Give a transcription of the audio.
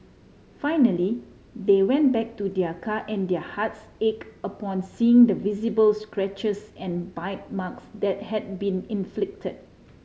finally they went back to their car and their hearts ache upon seeing the visible scratches and bite marks that had been inflicted